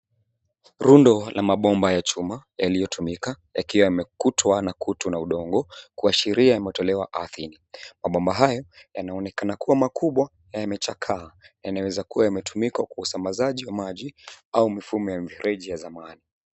Rundo la mabomba ya chuma yaliyotumika yakiwa yamekutwa na kutu na udongo kuashiria yametolewa ardhini. Mabomba haya yanaonekana kuwa makubwa na yamechakaa. Yameweza kuwa yanatumika kwa usambazaji wa maji au mifumo ya mifereji ya zamani.